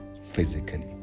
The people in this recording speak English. physically